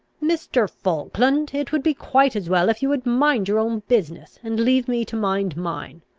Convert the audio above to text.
mr. falkland, it would be quite as well if you would mind your own business, and leave me to mind mine.